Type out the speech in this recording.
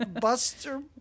Buster